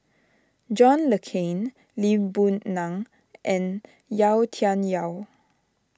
John Le Cain Lee Boon Ngan and Yau Tian Yau